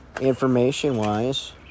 information-wise